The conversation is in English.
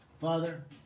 Father